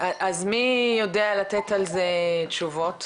אז מי יודע לתת על זה תשובות?